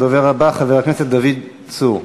הדובר הבא, חבר הכנסת דוד צור.